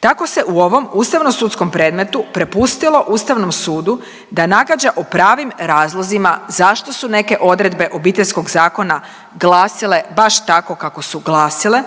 Tako se u ovom ustavno-sudskom predmetu prepustilo Ustavnom sudu da nagađa o pravim razlozima zašto su neke odredbe Obiteljskog zakona glasile baš tako kako su glasile,